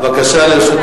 בבקשה, גברתי.